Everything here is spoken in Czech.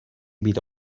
být